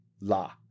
la